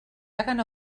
hagen